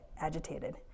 agitated